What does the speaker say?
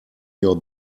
your